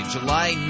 July